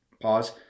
Pause